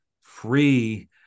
free